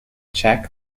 check